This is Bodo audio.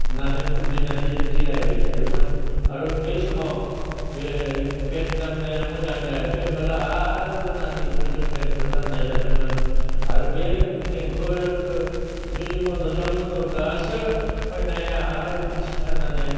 होननानै खुद्रिना जिराइबाय थायोमोन आरो बै समाव बे बेन दामनाया मोजां जायाखै होनब्ला आरो गोदाननिख्रुइ जों बेनखौ दामनाय जादोंमोन आरो बे देंखोखो जुदि नों मोजां मोनोब्लायासो खयनाया आरो फिन सिखारनानै